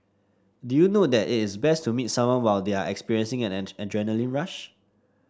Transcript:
did you know that it is best to meet someone while they are experiencing and an adrenaline rush